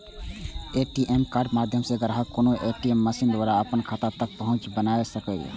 ATM कार्डक माध्यम सं ग्राहक कोनो ए.टी.एम मशीन द्वारा अपन खाता तक पहुंच बना सकैए